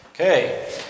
Okay